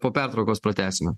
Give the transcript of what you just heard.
ir po pertraukos pratęsime